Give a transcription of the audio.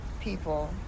people